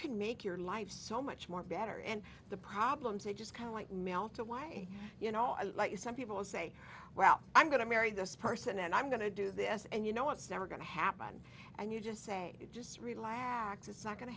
can make your life so much more better and the problems it just kind of like mail to why you know i like you some people say well i'm going to marry this person and i'm going to do this and you know it's never going to happen and you just say just relax it's not going to